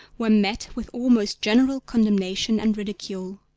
were met with almost general condemnation and ridicule.